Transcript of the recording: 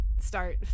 start